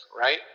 right